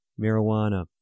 marijuana